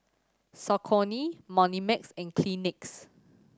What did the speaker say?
Saucony Moneymax and Kleenex